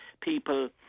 people